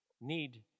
need